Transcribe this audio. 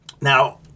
Now